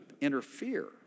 interfere